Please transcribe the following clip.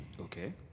Okay